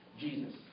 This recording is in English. Jesus